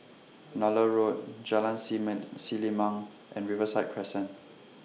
Nallur Road Jalan semen Selimang and Riverside Crescent